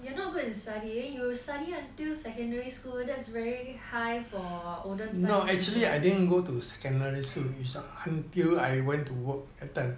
you're not good in studying you study until secondary school that's very high for olden time